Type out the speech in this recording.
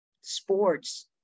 sports